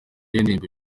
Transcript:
y’indirimbo